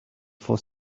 for